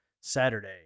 saturday